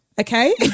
okay